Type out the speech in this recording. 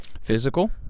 Physical